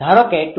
ધારો કે 2